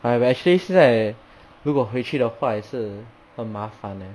!huh! but actually 现在如果回去的话也是很麻烦 leh